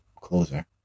closer